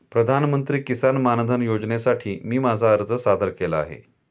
प्रधानमंत्री किसान मानधन योजनेसाठी मी माझा अर्ज सादर केला आहे